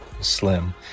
Slim